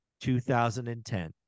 2010